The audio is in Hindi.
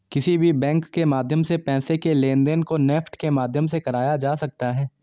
किसी भी बैंक के माध्यम से पैसे के लेनदेन को नेफ्ट के माध्यम से कराया जा सकता है